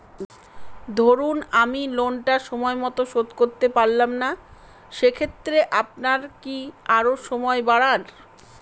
ধরুন আমি লোনটা সময় মত শোধ করতে পারলাম না সেক্ষেত্রে আপনার কি আরো সময় বাড়ান?